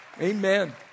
Amen